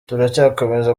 turacyakomeza